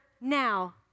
now